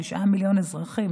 תשעה מיליון אזרחים,